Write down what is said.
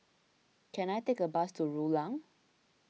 can I take a bus to Rulang